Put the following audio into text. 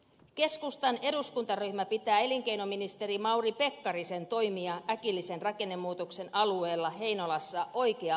keskustan eduskuntaryhmä pitää elinkeinoministeri mauri pekkarisen toimia äkillisen rakennemuutoksen alueella heinolassa oikea aikaisina